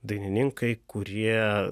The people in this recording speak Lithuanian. dainininkai kurie